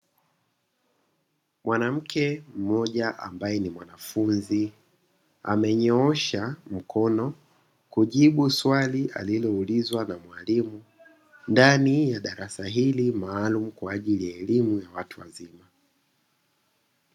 Mwanamke mmoja ambaye ni mwanafunzi amenyoosha mkono, kujibu swali aliloulizwa na mwalimu ndani ya darasa hili maalumu kwaajili ya elimu ya watu wazima.